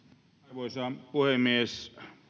arvoisa puhemies